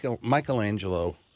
Michelangelo